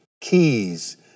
keys